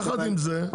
יחד עם זה,